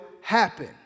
happen